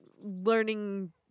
learning